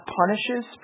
punishes